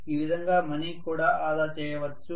ఈ విధంగా మనీ కూడా ఆధా చేయొచ్చు